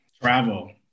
Travel